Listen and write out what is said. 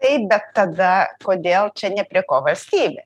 taip bet tada kodėl čia ne prie ko valstybė